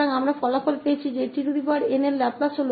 तो हमारे पास परिणाम है कि tn का लाप्लास है 𝑛